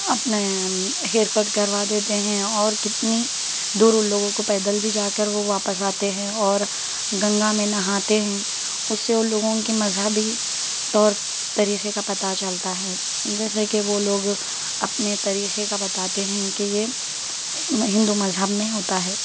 اپنے haircut کروا دیتے ہیں اور کتنے دور ان لوگوں کو پیدل بھی جا کر وہ واپس آتے ہیں اور گنگا میں نہاتے ہیں اس سے ان لوگوں کی مذہبی طور طریقے کا پتا چلتا ہے جیسے کہ وہ لوگ اپنے طریقے کا بتاتے ہیں کہ یہ ہندو مذہب میں ہوتا ہے